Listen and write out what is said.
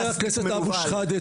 חמאסניק מנוול.